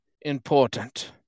important